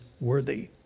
worthy